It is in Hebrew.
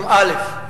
באל"ף,